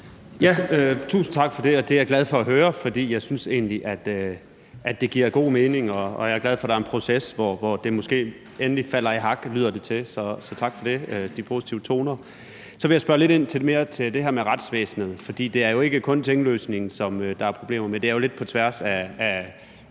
jeg glad for at høre, for jeg synes egentlig, det giver god mening, og jeg er glad for, at der er en proces, hvor det måske endelig falder i hak. Det lyder det til, så tak for de positive toner. Så vil jeg spørge lidt mere ind til det her med retsvæsenet. For det er jo ikke kun tinglysning, som der er problemer med – det er jo lidt på tværs af